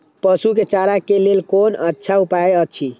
पशु के चारा के लेल कोन अच्छा उपाय अछि?